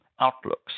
outlooks